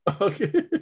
Okay